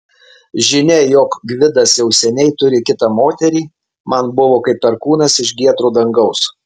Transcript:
žinia jog gvidas jau seniai turi kitą moterį man buvo kaip perkūnas iš giedro dangaus